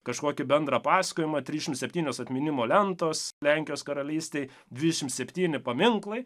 kažkokį bendrą pasakojimą trisdešimt septynios atminimo lentos lenkijos karalystėj dvidešimt septyni paminklai